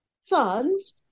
sons